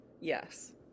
yes